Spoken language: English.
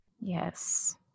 Yes